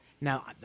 Now